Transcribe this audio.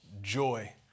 joy